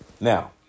Now